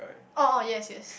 orh orh yes yes